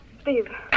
Steve